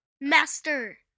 Master